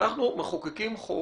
שאנחנו מחוקקים חוק